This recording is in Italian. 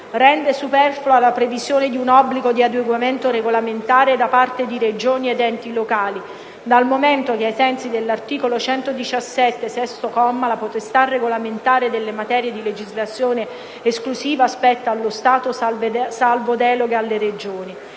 rende superflua la previsione di un obbligo di adeguamento regolamentare da parte di Regioni ed enti locali, dal momento che, ai sensi dell'articolo 117, sesto comma, la potestà regolamentare nelle materie di legislazione esclusiva spetta allo Stato, salva delega alle Regioni;